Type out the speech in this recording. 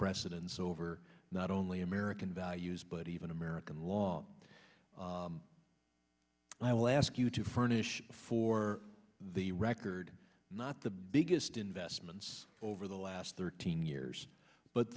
precedence over not only american values but even american law i will ask you to furnish for the record not the biggest investments over the last thirteen years but